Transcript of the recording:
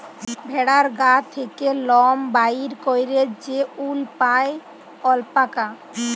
ভেড়ার গা থ্যাকে লম বাইর ক্যইরে যে উল পাই অল্পাকা